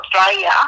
Australia